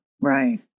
Right